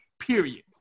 period